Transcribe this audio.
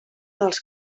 dels